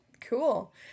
Cool